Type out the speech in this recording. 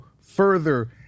further